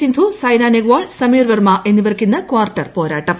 സിന്ധു സൈനാ നെഹ്വാൾ സമീർ വർമ്മ എന്നിവർക്കിന്ന് ക്വാർട്ടർ പോരാട്ടം